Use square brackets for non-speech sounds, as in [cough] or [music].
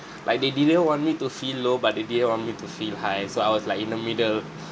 [breath] like they didn't want me to feel low but they didn't want me to feel high so I was like in the middle